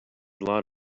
lot